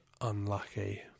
unlucky